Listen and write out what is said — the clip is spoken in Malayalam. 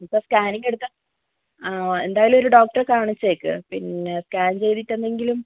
ഇപ്പോൾ സ്കാനിംഗ് എടുക്കുക ആ ഓ എന്തായാലും ഒരു ഡോക്ടറെ കാണിച്ചേക്ക് പിന്നെ സ്കാൻ ചെയ്തിട്ട് എന്തെങ്കിലും